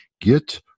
Get